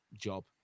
job